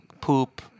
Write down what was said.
poop